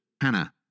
Hannah